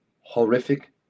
horrific